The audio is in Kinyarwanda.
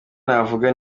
navuga